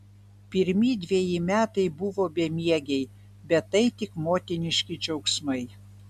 pirmi dveji metai buvo bemiegiai bet tai tik motiniški džiaugsmai